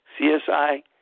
CSI